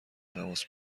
تماس